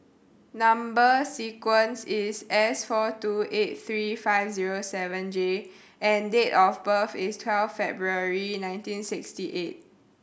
number sequence is S four two eight three five zero seven J and date of birth is twelve February nineteen sixty eight